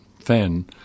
fan